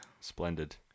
Splendid